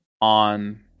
on